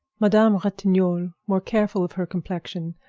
madame ratignolle, more careful of her complexion,